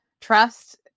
trust